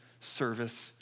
service